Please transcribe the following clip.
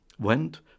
went